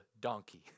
donkey